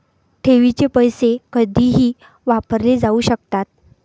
ठेवीचे पैसे कधीही वापरले जाऊ शकतात